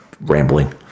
rambling